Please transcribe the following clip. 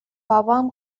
بابام